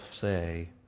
say